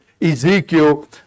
Ezekiel